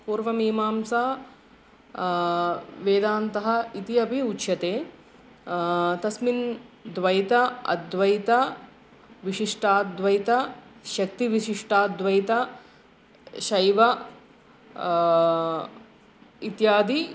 पूर्वमीमांसा वेदान्तः इति अपि उच्यते तस्मिन् द्वैतः अद्वैतः विशिष्टाद्वैतः शक्तिविशिष्टाद्वैतः शैवः इत्यादि